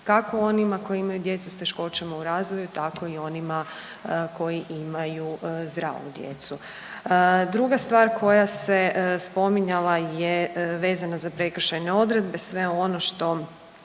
kako onima koji imaju djecu s teškoćama u razvoju, tako i onima koji imaju zdravu djecu. Druga stvar koja se spominjala je vezano za prekršajne odredbe, sve ono što